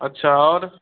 अच्छा और